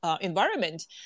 environment